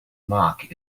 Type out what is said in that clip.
mark